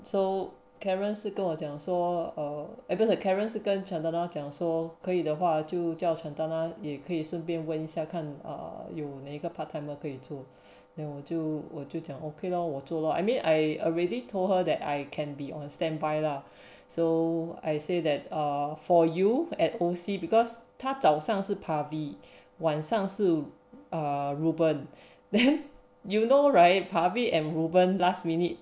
so karen 是跟我讲说 err at first karen 是跟 chantana 讲说可以的话就叫 chantana 也可以顺便问一下看有哪一个 part timer 可以做 then 我就我就讲 okay lor whatever lor I mean I already told her that I can be on standby lah so I say that err for you at O_C because 早上是晚上 reuben then you know right pabi and reuben last minute